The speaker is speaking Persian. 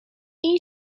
این